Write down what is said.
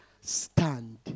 stand